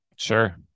Sure